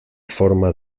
forma